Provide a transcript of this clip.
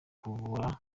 kuvura